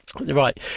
right